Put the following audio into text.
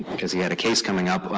because he had a case coming up,